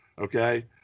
okay